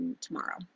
tomorrow